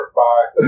bye